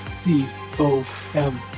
C-O-M